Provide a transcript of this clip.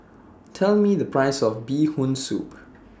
Tell Me The Price of Bee Hoon Soup